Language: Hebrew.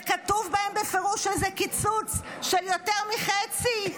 וכתוב בהם בפירוש שזה קיצוץ של יותר מחצי.